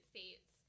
States